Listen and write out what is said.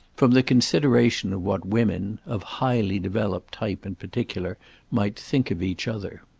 from the consideration of what women of highly-developed type in particular might think of each other.